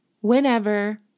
Whenever